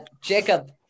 Jacob